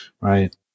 right